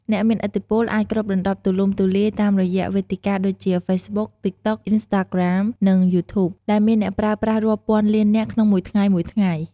អ្នកមានឥទ្ធិពលអាចគ្របដណ្ដប់ទូលំទូលាយតាមរយះវេទិកាដូចជា ហ្វេសប៊ុក (Facebook), តិកតុក (TikTok), អុីនស្តាក្រាម (Instagram), និង យូធូប (YouTube) ដែលមានអ្នកប្រើប្រាស់រាប់ពាន់លាននាក់ក្នុងមួយថ្ងៃៗ។